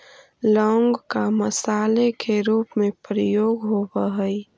लौंग का मसाले के रूप में प्रयोग होवअ हई